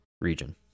region